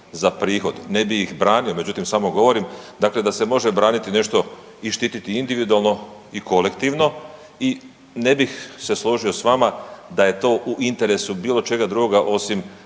Ne bih ih branio, međutim samo govorim dakle da se može braniti nešto i štititi individualno i kolektivno. I ne bih se složio s vama da je to u interesu bilo čega drugoga osim hrvatskih